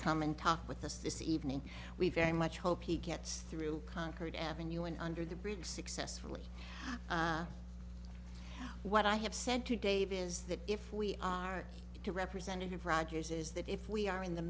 come and talk with us this evening we very much hope he gets through concord avenue and under the bridge successfully what i have said to dave is that if we are to representative rogers is that if we are in the